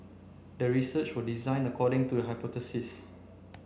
the research was designed according to the hypothesis